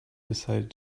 decided